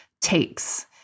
takes